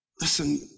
listen